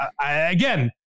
again